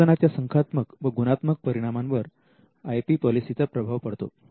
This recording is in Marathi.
संशोधनाच्या संख्यात्मक व गुणात्मक परिणामांवर आय पी पॉलिसीचा प्रभाव पडतो